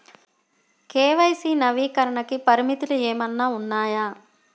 KYC నవీకరణకి పరిమితులు ఏమన్నా ఉన్నాయా?